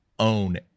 own